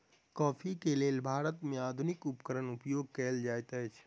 coffee के लेल भारत में आधुनिक उपकरण उपयोग कएल जाइत अछि